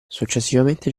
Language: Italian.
successivamente